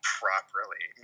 properly